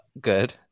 good